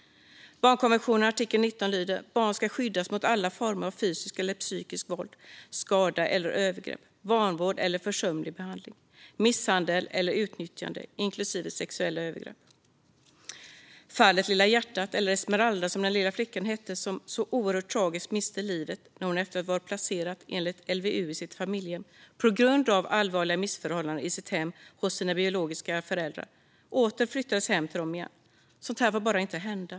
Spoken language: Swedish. Barnkonventionens artikel 19 lyder: "Barn ska skyddas mot alla former av fysiskt eller psykiskt våld, skada eller övergrepp, vanvård eller försumlig behandling, misshandel eller utnyttjande, inklusive sexuella övergrepp." I fallet med "Lilla hjärtat" miste Esmeralda, som den lilla flickan hette, så oerhört tragiskt livet. Det skedde efter att hon varit placerad i familjehem enligt LVU, på grund av allvarliga missförhållanden i hemmet, men åter flyttats hem till sina biologiska föräldrar. Sådant får bara inte hända.